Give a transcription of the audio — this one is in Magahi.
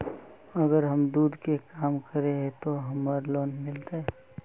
अगर हम दूध के काम करे है ते हमरा लोन मिलते?